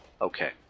okay